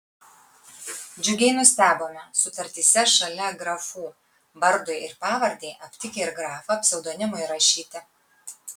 džiugiai nustebome sutartyse šalia grafų vardui ir pavardei aptikę ir grafą pseudonimui įrašyti